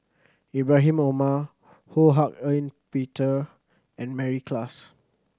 Ibrahim Omar Ho Hak Ean Peter and Mary Klass